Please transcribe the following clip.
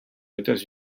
états